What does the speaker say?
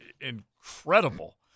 incredible